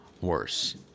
worse